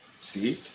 See